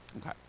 okay